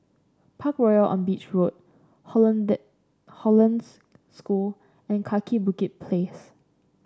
Parkroyal on Beach Road Hollandse School and Kaki Bukit Place